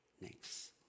Next